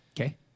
Okay